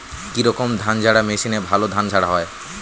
কি রকম ধানঝাড়া মেশিনে ভালো ধান ঝাড়া হয়?